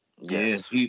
Yes